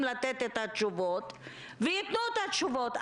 לתת את התשובות ויתנו את התשובות.